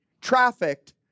trafficked